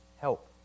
Help